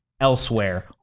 elsewhere